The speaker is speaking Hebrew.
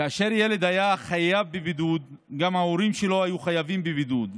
כאשר ילד היה חייב בבידוד גם ההורים שלו היו חייבים בבידוד,